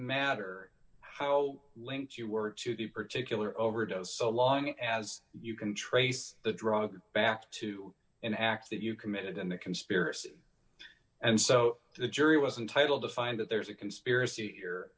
matter how linked you were to the particular overdose so long as you can trace the drop back to an act that you committed in the conspiracy and so the jury was entitle to find that there's a conspiracy here